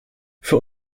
für